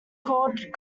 called